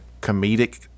comedic